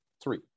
three